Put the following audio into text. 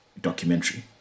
documentary